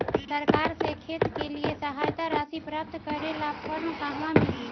सरकार से खेत के लिए सहायता राशि प्राप्त करे ला फार्म कहवा मिली?